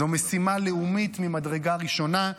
זו משימה לאומית ממדרגה ראשונה,